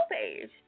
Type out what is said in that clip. page